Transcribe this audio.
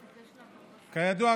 כידוע,